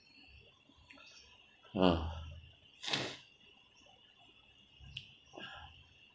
ah